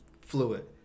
fluid